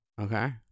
Okay